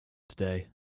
today